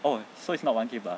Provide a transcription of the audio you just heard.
oh so it's not one K plus